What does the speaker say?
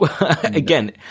Again